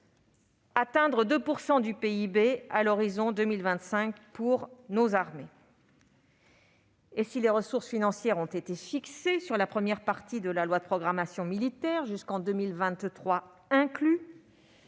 d'atteindre 2 % du PIB à l'horizon 2025 pour nos armées. Or, si les ressources financières ont été fixées pour la première partie de la loi de programmation militaire, jusqu'en 2023 inclus,